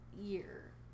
year